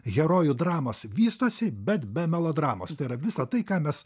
herojų dramos vystosi bet be melodramos tai yra visa tai ką mes